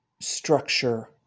structure